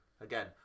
Again